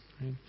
right